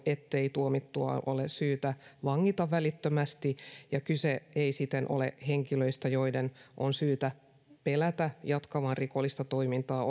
ettei tuomittua ole syytä vangita välittömästi ja kyse ei siten ole henkilöistä joiden on syytä pelätä jatkavan rikollista toimintaa